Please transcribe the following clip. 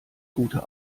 gute